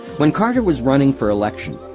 when carter was running for election,